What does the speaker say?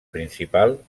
principal